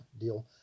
deal